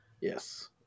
Yes